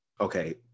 okay